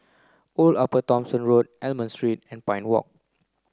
Old Upper Thomson Road Almond Street and Pine Walk